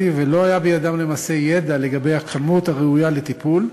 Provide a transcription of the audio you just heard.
ולא היה בידם למעשה ידע לגבי הכמות הראויה לטיפול,